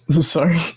Sorry